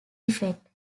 effect